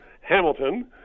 Hamilton